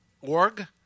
Org